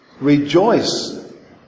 Rejoice